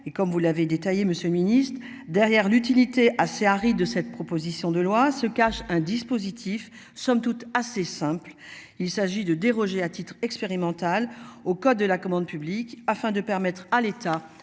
et comme vous l'avez détaillé monsieur Ministre derrière l'utilité assez aride de cette proposition de loi se cache un dispositif somme toute assez simple, il s'agit de déroger à titre expérimental au code de la commande publique afin de permettre à l'État